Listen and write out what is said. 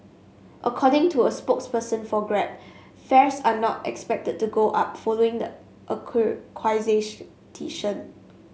according to a spokesperson for Grab fares are not expected to go up following the